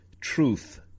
truth